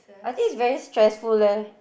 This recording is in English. I think it's very stressful leh